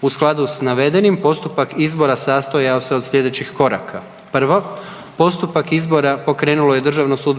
U skladu s navedenim postupak izbora sastojao se od slijedećih koraka: 1. Postupak izbora pokrenulo je DSV